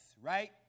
right